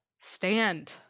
Stand